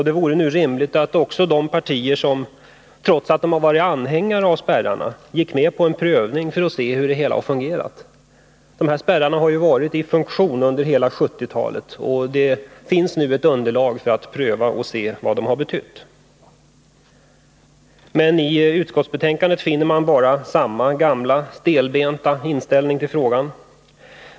Det vore rimligt att också de andra partierna, trots att de varit anhängare av spärrarna, nu gick med på en prövning av hur spärren har fungerat under 1970-talet, då den varit i funktion. Det finns alltså nu ett underlag för en prövning av vad den har betytt. Men i utskottsbetänkandet finner man bara samma gamla stelbenta inställning till frågan.